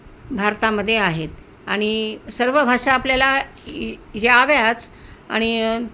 भारतामध्ये आहेत आणि सर्व भाषा आपल्याला याव्याच आणि